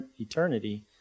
eternity